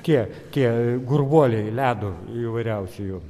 tie tie gurguoliai ledo įvairiausi jo